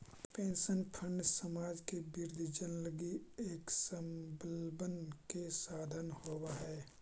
pension fund समाज के वृद्धजन लगी एक स्वाबलंबन के साधन होवऽ हई